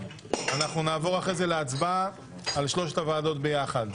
ואחרי זה נעבור להצבעה על שלוש הוועדות ביחד.